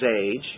age